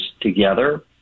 together